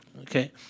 okay